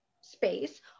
space